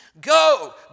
Go